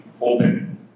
open